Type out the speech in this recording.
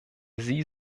sie